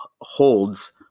holds